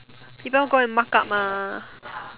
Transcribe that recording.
people go and mark up mah